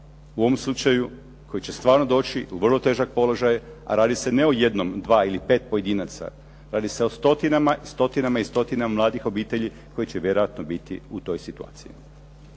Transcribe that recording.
u ovom slučaju koji će stvarno doći u vrlo težak položaj a radi se ne o jednom, dva ili pet pojedinaca, radi se o stotinama i stotinama mladih obitelji koji će vjerojatno biti u toj situaciji.